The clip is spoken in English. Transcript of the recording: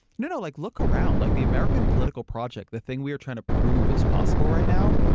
no no, like look around. like the american political project, the thing we are trying to prove is possible right now,